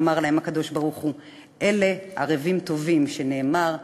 אמר להם הקדוש-ברוך-הוא: אלה ערבים טובים, שנאמר: